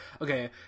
Okay